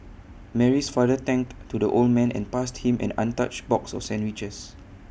Mary's father thanked to the old man and passed him an untouched box of sandwiches